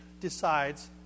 decides